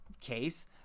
case